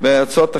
ומההצעות האחרות.